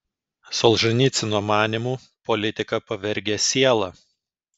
solženicyno manymu politika pavergia sielą